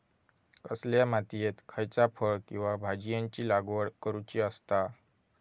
कसल्या मातीयेत खयच्या फळ किंवा भाजीयेंची लागवड करुची असता?